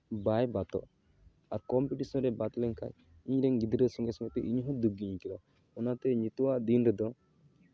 ᱵᱟᱭ ᱵᱟᱫᱚᱜ ᱟᱨ ᱠᱚᱢᱯᱤᱴᱤᱥᱮᱱ ᱨᱮ ᱵᱟᱫ ᱞᱮᱱᱠᱷᱟᱱ ᱤᱧᱨᱮᱱ ᱜᱤᱫᱽᱨᱟᱹ ᱥᱚᱸᱜᱮ ᱥᱚᱸᱜᱮ ᱛᱮ ᱤᱧ ᱦᱚᱸ ᱫᱩᱠ ᱜᱤᱧ ᱟᱹᱭᱠᱟᱹᱣᱟ ᱚᱱᱟᱛᱮ ᱱᱤᱛᱚᱜ ᱟᱜ ᱫᱤᱱ ᱨᱮᱫᱚ